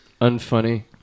Unfunny